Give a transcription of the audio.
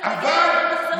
תתרגל.